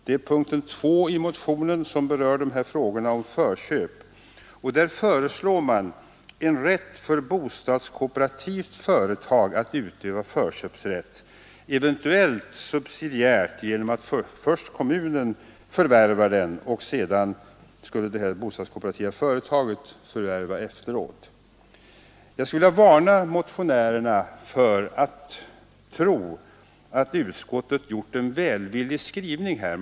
Det är yrkandet 2 i motionen som berör dessa frågor om förköp, och där föreslår man en rätt för bostadskooperativt företag att utöva förköpsrätt, eventuellt subsidiärt genom att först kommunen och sedan det bostadskooperativa företaget förvärvar fastigheten. Jag skulle vilja varna motionärerna för att tro att utskottet har gjort en välvillig skrivning här.